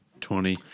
Twenty